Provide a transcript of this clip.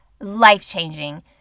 life-changing